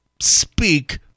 speak